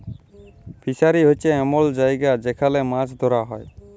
fishery হছে এমল জায়গা যেখালে মাছ ধ্যরা হ্যয়